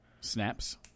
Snaps